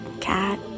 cat